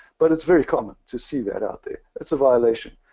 but it's very common to see that out there. it's a violation.